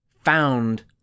found